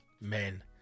men